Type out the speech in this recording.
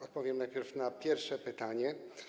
Odpowiem najpierw na pierwsze pytanie.